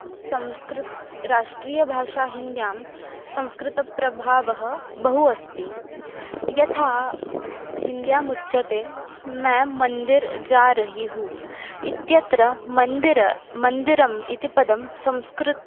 संस्कृतं राष्ट्रीयभाषा हिन्द्यां संस्कृतप्रभावः बहु अस्ति यथा स् हिन्द्याम् उच्यते मे मन्दिर् जारहीहु इत्यत्र मन्दिर मन्दिरम् इति पदं संस्कृ